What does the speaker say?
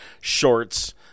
shorts